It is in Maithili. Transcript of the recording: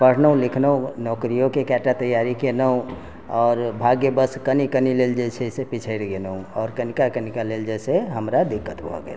पढ़नौ लिखनौ नौकरियोके कयटा तैयारी कयनहुँ आओर भाग्यवश कनि कनि लेल जे छै से पिछड़ि गेनहुँ आओर कनिका कनिका लेल जैसे हमरा दिक्कत भऽ गेल